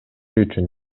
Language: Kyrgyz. үчүн